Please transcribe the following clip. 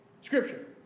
Scripture